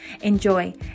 Enjoy